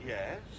Yes